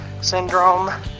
Syndrome